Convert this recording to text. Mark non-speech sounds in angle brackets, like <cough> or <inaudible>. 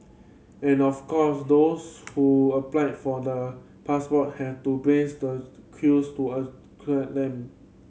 and of course those who applied for the passport had to breathe the queues to <hesitation> collect them